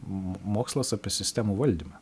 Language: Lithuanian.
mokslas apie sistemų valdymą